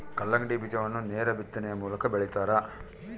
ಕಲ್ಲಂಗಡಿ ಬೀಜವನ್ನು ನೇರ ಬಿತ್ತನೆಯ ಮೂಲಕ ಬೆಳಿತಾರ